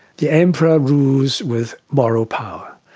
the emperor rules with moral power,